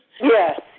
Yes